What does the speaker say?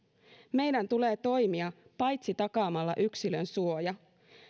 meidän tulee toimia paitsi takaamalla yksilönsuoja